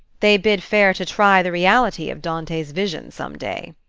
they bid fair to try the reality of dante's vision, some day.